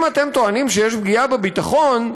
אם אתם טוענים שיש פגיעה בביטחון,